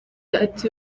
ati